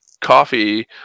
coffee